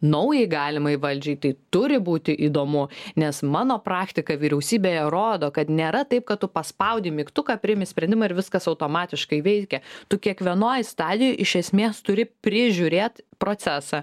naujai galimai valdžiai tai turi būti įdomu nes mano praktika vyriausybėje rodo kad nėra taip kad tu paspaudi mygtuką priimi sprendimą ir viskas automatiškai veikia tu kiekvienoj stadijoj iš esmės turi prižiūrėt procesą